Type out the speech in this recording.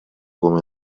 come